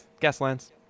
Gaslands